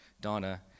Donna